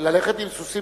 ללכת עם סוסים,